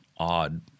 Odd